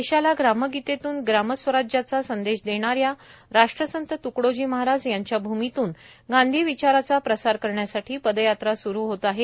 देशाला ग्रामगीतेतून ग्रामस्वराज्याचा संदेश देणाऱ्या राष्ट्रसंत त्कडोजी महाराज यांच्या भूमीतून गांधीविचाराचा प्रसार करण्यासाठी पदयात्रा सुरू होत आहे